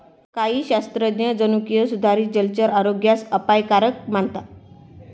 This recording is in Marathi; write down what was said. काही शास्त्रज्ञ जनुकीय सुधारित जलचर आरोग्यास अपायकारक मानतात